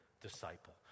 disciple